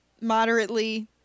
moderately